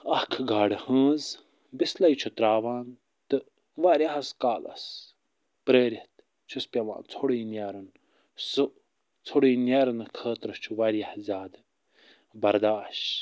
اکھ گاڈٕ ہٲنٛز بِسلَے چھُ ترٛاوان تہٕ وارِیاہس کالَس پرٛٲرِتھ چھُس پٮ۪وان ژھوٚرٕے نیرُن سُہ ژھوٚرٕے نیرنہٕ خٲطرٕ چھُ وارِیاہ زیادٕ برداشت